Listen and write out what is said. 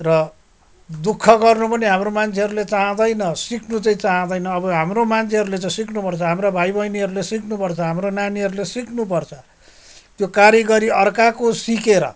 र दुःख गर्नु पनि हाम्रो मान्छेहरूले चाहदैन सिक्नु चाहिँ चाहदैन अब हाम्रो मान्छेहरूले चाहिँ सिक्नुपर्छ हाम्रो भाइ बैनीहरूले सिक्नुपर्छ हाम्रो नानीहरूले सिक्नुपर्छ त्यो कारिगरी अर्काको सिकेर